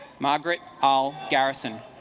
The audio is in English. margaret al garrison